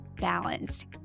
balanced